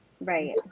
Right